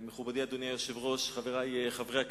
מכובדי אדוני היושב-ראש, חברי חברי הכנסת,